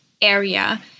area